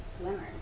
swimmer